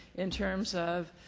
in terms of,